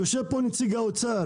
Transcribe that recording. יושב פה נציג האוצר